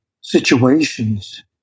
situations